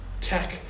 tech